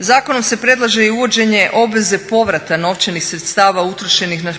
Zakonom se predlaže i uvođenje obveze povrata novčanih sredstava utrošenih na